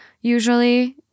usually